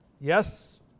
Yes